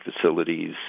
facilities